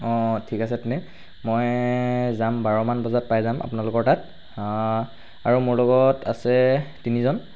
অঁ অঁ ঠিক আছে তেন্তে মই যাম বাৰমান বজাত পাই যাম আপোনালোকৰ তাত আৰু মোৰ লগত আছে তিনিজন